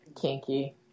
Kinky